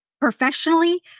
professionally